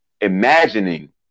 imagining